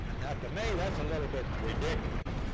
now to me, that's a little bit ridiculous.